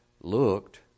looked